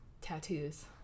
tattoos